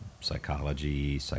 psychology